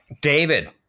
David